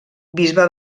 bisbe